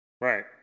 Right